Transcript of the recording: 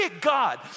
God